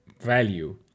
value